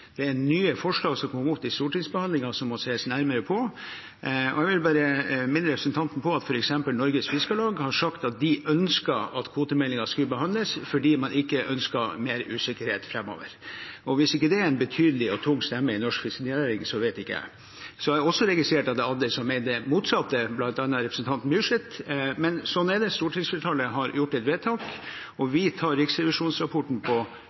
Det er nye forslag som kom opp i stortingsbehandlingen som må ses nærmere på. Jeg vil bare minne representanten om at f.eks. Norges Fiskarlag har sagt at de ønsket at kvotemeldingen skulle behandles fordi man ikke ønsket mer usikkerhet framover. Hvis ikke det er en betydelig og tung stemme i norsk fiskerinæring, så vet ikke jeg. Så har jeg også registrert at det er noen som mener det motsatte, bl.a. representanten Myrseth, men sånn er det. Stortingsflertallet har gjort et vedtak, og vi tar Riksrevisjonens rapport på